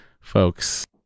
folks